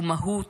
ומהות,